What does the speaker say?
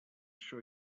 sure